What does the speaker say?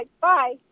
bye